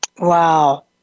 Wow